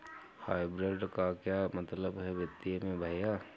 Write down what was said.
Hybrid का क्या मतलब है वित्तीय में भैया?